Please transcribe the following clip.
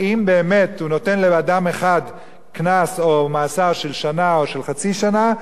האם באמת הוא נותן לאדם אחד קנס או מאסר של שנה או של חצי שנה,